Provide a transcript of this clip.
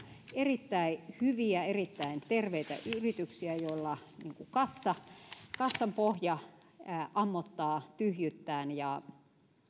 erittäin hyviä erittäin terveitä yrityksiä joilla kassan kassan pohja ammottaa tyhjyyttään ja